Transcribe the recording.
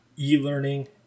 e-learning